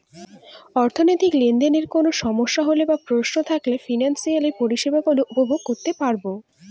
অর্থনৈতিক লেনদেনে কোন সমস্যা হলে বা প্রশ্ন থাকলে ফিনান্সিয়াল পরিষেবা গুলো উপভোগ করতে পারবো